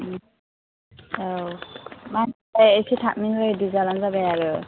औ मा होनोमोनलाय एसे थाबैनो रेदि जाबानो जाबाय आरो